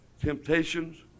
temptations